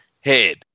head